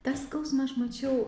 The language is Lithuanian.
tą skausmą aš mačiau